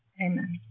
Amen